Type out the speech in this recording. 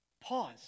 Pause